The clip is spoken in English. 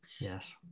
Yes